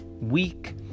week